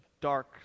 dark